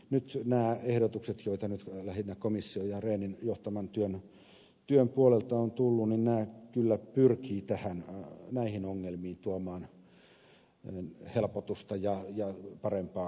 nyt nämä ehdotukset joita nyt lähinnä komission ja rehnin johtaman työn puolelta on tullut kyllä pyrkivät näihin ongelmiin tuomaan helpotusta ja parempaa kontrollia